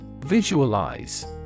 Visualize